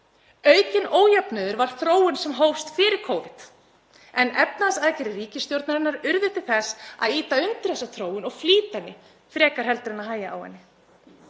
Aukinn ójöfnuður var þróun sem hófst fyrir Covid en efnahagsaðgerðir ríkisstjórnarinnar urðu til þess að ýta undir þessa þróun og flýta henni frekar en að hægja á henni.